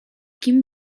kim